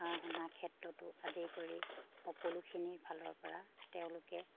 পঢ়া শুনাৰ ক্ষেত্ৰতো আদি কৰি সকলোখিনি ফালৰ পৰা তেওঁলোকে